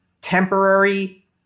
temporary